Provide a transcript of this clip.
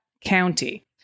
County